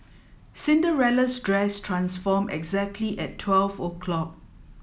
Cinderella's dress transform exactly at twelve o'clock